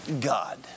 God